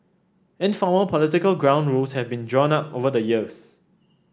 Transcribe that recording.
informal political ground rules have been drawn up over the years